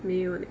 没有 eh